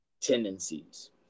tendencies